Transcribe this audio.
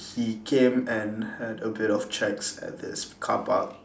he came and had a bit of checks at this car park